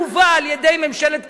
הובא על-ידי ממשלת קדימה.